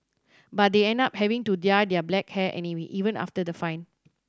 but they end up having to dye their hair black anyway even after the fine